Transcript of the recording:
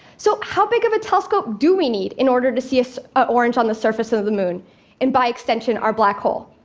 so how big of a telescope do we need in order to see see an orange on the surface of of the moon and, by extension, our black hole?